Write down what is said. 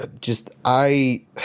just—I—